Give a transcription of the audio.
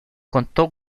contó